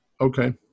Okay